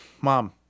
Mom